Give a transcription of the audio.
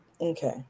okay